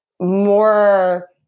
more